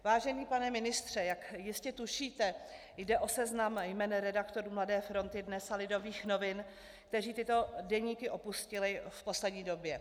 Vážený pane ministře, jak jistě tušíte, jde o seznam jmen redaktorů Mladé fronty DNES a Lidových novin, kteří tyto deníky opustili v poslední době.